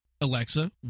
alexa